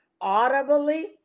audibly